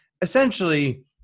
essentially